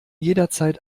jederzeit